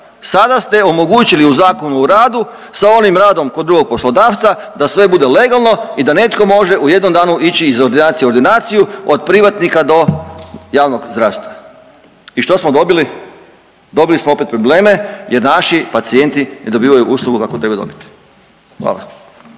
Sada ste omogućili u Zakonu o radu sa onim radom kod drugog poslodavca da sve bude legalno i da netko može u jednom danu ići iz ordinacije u ordinaciju, od privatnika do javnog zdravstva i što smo dobili? Dobili smo opet probleme jer naši pacijenti ne dobivaju uslugu kakvu trebaju dobiti, hvala.